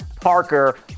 Parker